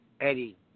Eddie